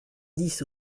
dix